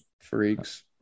freaks